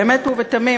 באמת ובתמים,